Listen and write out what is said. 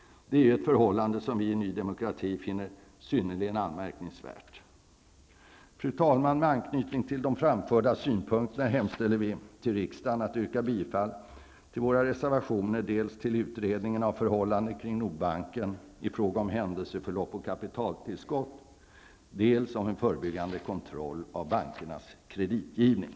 Det är ett förhållande som vi i Ny Demokrati finner synnerligen anmärkningsvärt. Fru talman! Med anknytning till de anförda synpunkterna yrkar jag bifall till våra reservationer, dels om utredning kring förhållandena kring